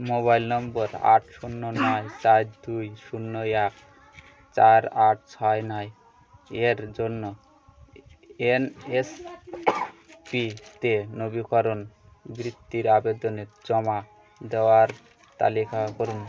mobile নম্বর আট শূন্য নয় চার দুই শূন্য এক চার আট ছয় নয় এর জন্য এন এস পি তে নবীকরণ বৃত্তির আবেদনে জমা দেওয়ার তালিকা করুন